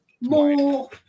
more